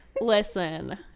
Listen